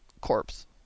corpse